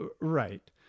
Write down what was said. Right